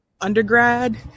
undergrad